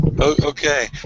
Okay